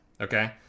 okay